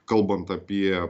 kalbant apie